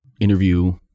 interview